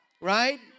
right